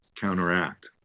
counteract